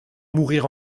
mourir